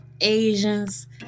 Asians